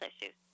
issues